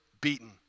beaten